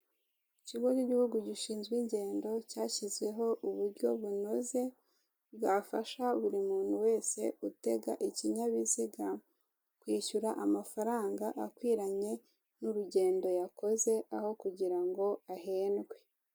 Ikigo cy'igihugu gishinzwe ingendo, cyashyizeho uburyo bunoze, bwafasha buri muntu wese utega ikinyabiziga kwishyura amafaranga kwiranye n'urugendo yakoze, aho kugira ngo ahendwe.